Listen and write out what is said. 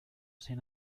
sin